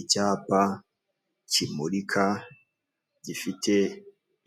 Icyapa kimurika gifite